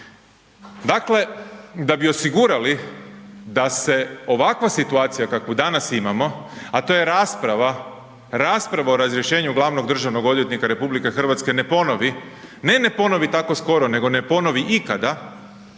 Dakle, da bi osigurali da se ovakva situacija kakvu danas imamo, a to je rasprava, rasprava o razrješenju glavnog državnog odvjetnika RH ne ponovi, ne ne ponovi tako skoro, nego ne ponovi ikada,